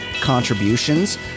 contributions